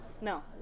No